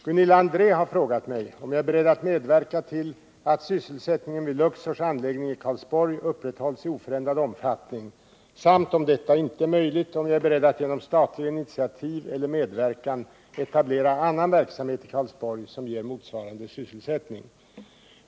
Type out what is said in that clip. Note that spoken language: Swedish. Gunilla André har frågat mig om jag är beredd medverka till att sysselsättningen vid Luxors anläggning i Karlsborg upprätthålls i oförändrad omfattning, samt, ifall detta inte är möjligt, om jag är beredd att genom statliga initiativ eller medverkan etablera annan verksamhet i Karlsborg som ger motvarande sysselsättning.